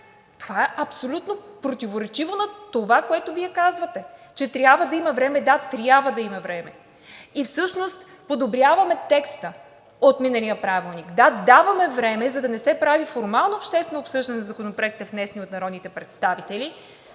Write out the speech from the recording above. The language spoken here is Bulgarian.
Това е абсолютно противоречиво на това, което Вие казвате. Че трябва да има време – да, трябва да има време. Всъщност подобряваме текста от миналия правилник. Да, даваме време, за да не се прави формално обществено обсъждане на законопроектите, внесени от народните представители,